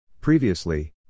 Previously